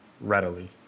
readily